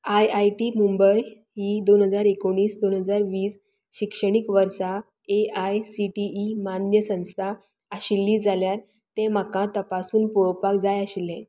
I I T Mumbai ही दोन हजार एकोणीस दोन हजार वीस शिक्षणीक वर्सा A I C T E मान्य संस्था आशिल्ली जाल्यार तें म्हाका तपासून पळोवपाक जाय आशिल्लें